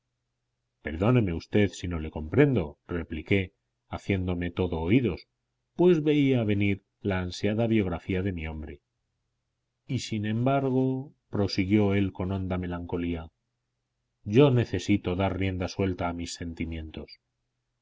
perdóneme usted si no le comprendo repliqué haciéndome todo oídos pues veía venir la ansiada biografía de mi hombre y sin embargo prosiguió él con honda melancolía yo necesito dar rienda suelta a mis sentimientos